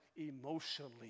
emotionally